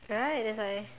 right that's why